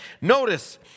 notice